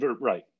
right